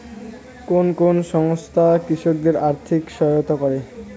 কোন কোন সংস্থা কৃষকদের আর্থিক সহায়তা করে?